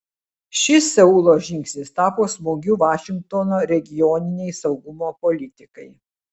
šis seulo žingsnis tapo smūgiu vašingtono regioninei saugumo politikai